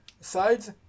sides